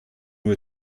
nur